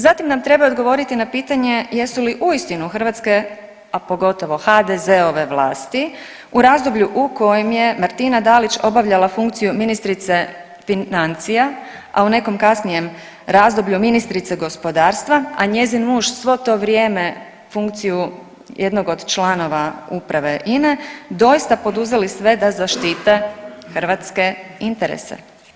Zatim nam trebaju odgovoriti na pitanje jesu li uistinu hrvatske, a pogotovo HDZ-ove vlasti u razdoblju u kojem je Martina Dalić obavljala funkciju ministrice financija, a u nekom kasnijem razdoblju Ministrice gospodarstva, a njezin muž svo to vrijeme funkciju jednog od članova Uprave INA-e doista poduzeli sve da zaštite hrvatske interese.